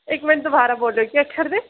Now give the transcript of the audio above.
इक मिंट दोबारा बोलो केह् आखा'रदे